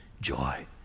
joy